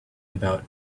about